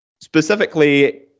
specifically